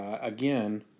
again